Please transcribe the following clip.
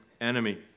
enemy